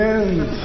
end